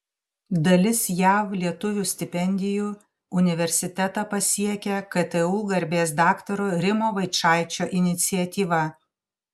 dalis jav lietuvių stipendijų universitetą pasiekia ktu garbės daktaro rimo vaičaičio iniciatyva